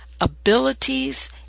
abilities